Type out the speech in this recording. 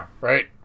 right